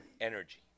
energy